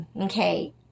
okay